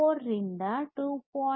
4 ರಿಂದ 2